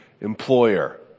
employer